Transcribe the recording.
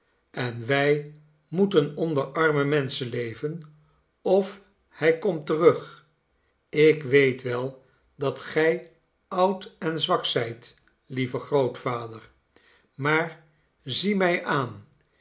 en wij moeten onder arme menschen leven of hij komt terug ik weet wel dat gij oud en zwak zijt lieve grootvader maar zie mij aan